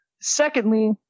Secondly